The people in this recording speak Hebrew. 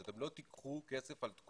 שאתם לא תיקחו כסף על תקורות.